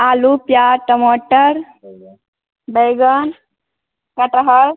आलू प्याज टमाटर बैगन कठहल